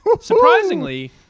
Surprisingly